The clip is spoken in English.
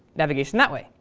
navigation that way.